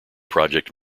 project